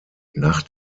nach